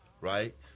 right